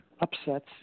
upsets